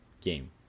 game